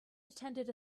attended